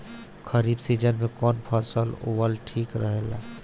खरीफ़ season में कौन फसल बोअल ठिक रहेला ह?